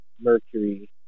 Mercury